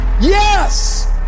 Yes